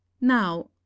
Now